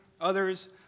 others